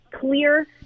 clear